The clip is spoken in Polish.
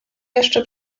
jeszcze